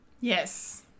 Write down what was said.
Yes